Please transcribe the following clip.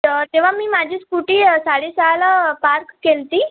तर तेव्हा मी माझी स्कूटी साडेसहाला पार्क केली होती